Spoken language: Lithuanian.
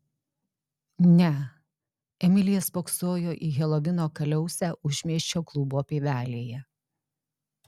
ne emilija spoksojo į helovino kaliausę užmiesčio klubo pievelėje